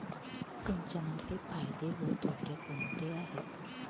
सिंचनाचे फायदे व तोटे कोणते आहेत?